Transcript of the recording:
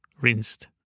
rinsed